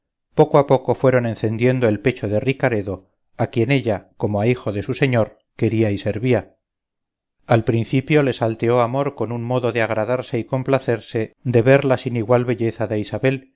poco a poco fueron encendiendo el pecho de ricaredo a quien ella como a hijo de su señor quería y servía al principio le salteó amor con un modo de agradarse y complacerse de ver la sin igual belleza de isabel